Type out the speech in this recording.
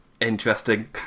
interesting